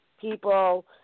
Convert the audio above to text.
People